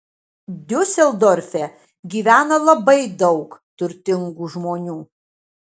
diuseldorfe gyvena labai daug turtingų žmonių